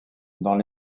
dans